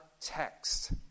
text